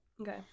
okay